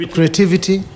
Creativity